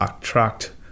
attract